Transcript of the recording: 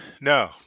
No